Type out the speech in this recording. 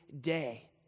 day